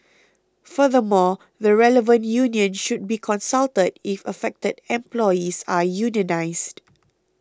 furthermore the relevant union should be consulted if affected employees are unionised